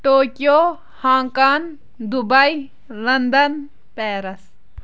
Tokyo Hong Kong Dubai London Paris